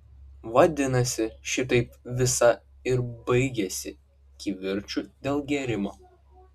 vadinasi šitaip visa ir baigiasi kivirču dėl gėrimo